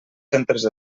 centres